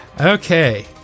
Okay